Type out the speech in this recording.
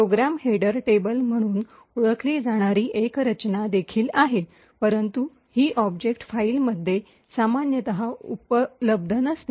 programme header table म्हणून ओळखली जाणारी एक रचना देखील आहे परंतु ही ऑब्जेक्ट फाइलमध्ये सामान्यत उपलब्ध नसते